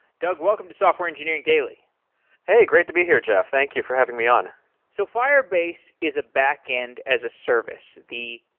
doug, welcome to software engineering daily hey, great to be here, jeff. thank you for having me on so firebase is a backend as a service the.